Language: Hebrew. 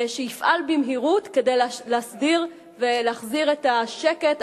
שיפעל במהירות כדי להסדיר ולהחזיר את השקט,